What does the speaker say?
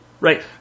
right